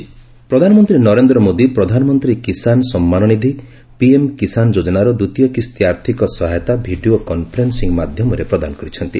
PM କିଷାନନିଧି ପ୍ରଧାନମନ୍ତ୍ରୀ ନରେନ୍ଦ୍ର ମୋଦୀ ପ୍ରଧାନମନ୍ତ୍ରୀ କିଷାନ ସମ୍ମାନନିଧି ପିଏମ୍ କିଷାନ ଯୋଜନାର ଦ୍ୱିତୀୟ କିସ୍ତି ଆର୍ଥିକ ସହାୟତା ଭିଡ଼ିଓ କନ୍ଫରେନ୍ସିଂ ମାଧ୍ୟମରେ ପ୍ରଦାନ କରିଛନ୍ତି